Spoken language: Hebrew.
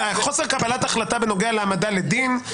חוסר קבלת החלטה בנוגע להעמדה לדין,